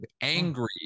angry